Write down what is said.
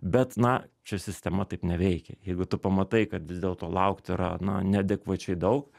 bet na čia sistema taip neveikia jeigu tu pamatai kad vis dėlto laukti yra na neadekvačiai daug